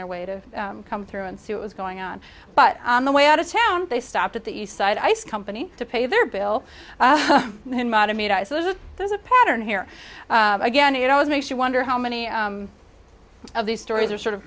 their way to come through and see it was going on but on the way out of town they stopped at the eastside ice company to pay their bill so that there's a pattern here again it always makes you wonder how many of these stories are sort of